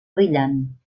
brillant